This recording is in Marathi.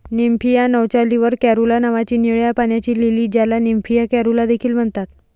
निम्फिया नौचाली वर कॅरुला नावाची निळ्या पाण्याची लिली, ज्याला निम्फिया कॅरुला देखील म्हणतात